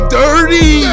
dirty